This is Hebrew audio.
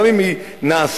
גם היא נעשית,